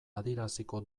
adieraziko